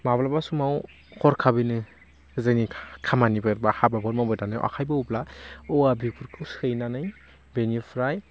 माब्लाबा समाव हरखाबैनो जोंनि खामानि बा हाबाफोर मावबाय थानायाव आखाइ बौवोबा औवा बिगुरखौ सैनानै बिनिफ्राय